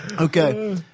Okay